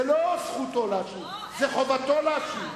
זאת לא זכותו להשיב, זאת חובתו להשיב.